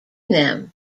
them